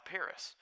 Paris